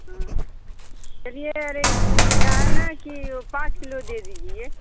हाँ चलिए अरे क्या है ना कि वो पाँच किलो दे दीजिए